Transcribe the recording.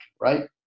right